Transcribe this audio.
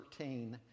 13